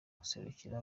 guserukira